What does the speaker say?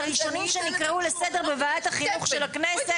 הראשונים שנקראו לסדר בוועדת החינוך של הכנסת.